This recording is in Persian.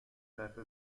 صرف